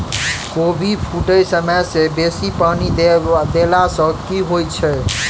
कोबी फूटै समय मे बेसी पानि देला सऽ की होइ छै?